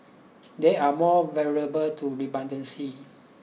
they are more vulnerable to redundancy